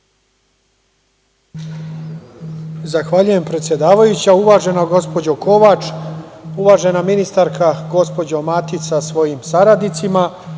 Zahvaljujem, predsedavajuća. Uvažena gospođo Kovač, uvažena ministarka, gospođo Matić sa svojim saradnicima,